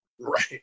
Right